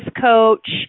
coach